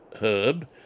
herb